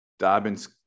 Dobbins